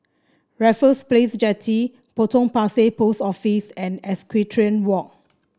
Raffles Place Jetty Potong Pasir Post Office and Equestrian Walk